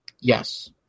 Yes